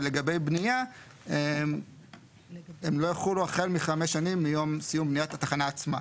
אבל לגבי בנייה הם לא יחולו החל מחמש שנים מיום סיום בניית התחנה עצמה.